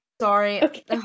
Sorry